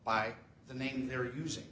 by the name they're using